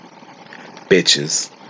bitches